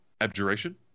abjuration